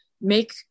make